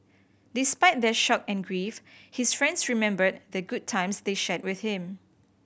despite their shock and grief his friends remembered the good times they shared with him